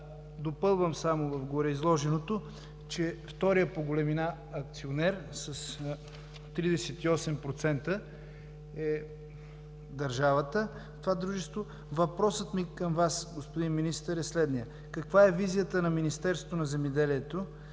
Допълвам само в гореизложеното, че вторият по големина акционер с 38% е държавата в това дружество. Въпросът ми към Вас, господин Министър, е следният: каква е визията на Министерство на земеделието,